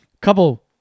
couple